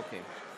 אוקיי.